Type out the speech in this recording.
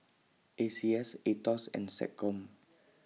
A C S Aetos and Seccom